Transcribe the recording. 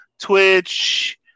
Twitch